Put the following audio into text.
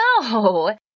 No